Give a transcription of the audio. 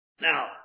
Now